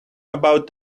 about